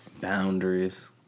Boundaries